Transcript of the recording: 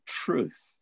truth